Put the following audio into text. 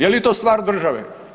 Je li to stvar države?